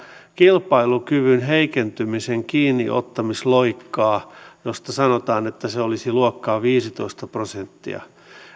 kilpailukyvyn heikentymisen kiinniottamisloikkaa josta sanotaan että se olisi luokkaa viisitoista prosenttia